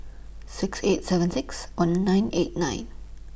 six eight seven six one nine eight nine